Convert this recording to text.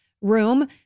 room